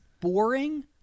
boring